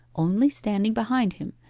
only standing behind him,